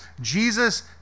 Jesus